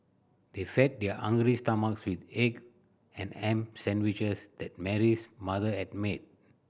they fed their hungry stomachs with egg and ham sandwiches that Mary's mother had made